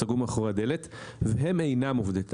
הוא סגור מאחורי הדלת,